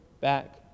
back